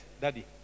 daddy